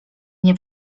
nie